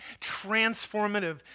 transformative